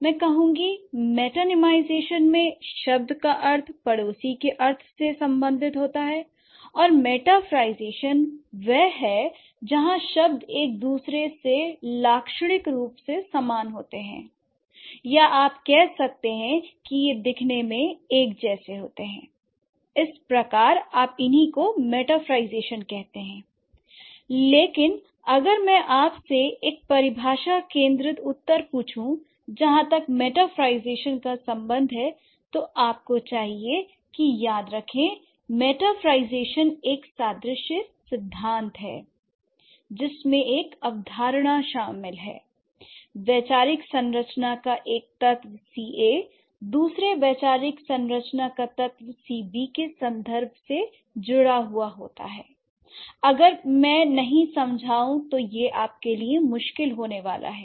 मैं कहूंगी मेटानिमाईजेशन में शब्द का अर्थ पड़ोसी के अर्थ से संबंधित होता है और मेटाफरlईजेशन वह है जहां शब्द एक दूसरे से लाक्षणिक रूप से समान होते हैं l या आप कह सकते हैं कि यह दिखने में एक जैसे होते हैं l इस प्रकार आप इन्हीं को मेटाफरlईजेशन कहते हैं l लेकिन अगर मैं आपसे एक परिभाषा केंद्रित उत्तर पूछू जहाँ तक मेटाफरlईजेशन का सम्बंध है तो आपको चाहिए कि याद रखें मेटाफरlईजेशन एक सादृश्य सिद्धांत है जिसमें एक अवधारणा शामिल है वैचारिक संरचना का एक तत्व C a दूसरे वैचारिक संरचना का तत्व C b के संदर्भ में जुड़ा हुआ होता है l अगर मैं नहीं समझाऊँ तो यह आपके लिए मुश्किल होने वाला है